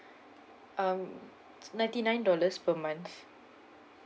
um ninety nine dollars per month